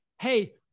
hey